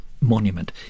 Monument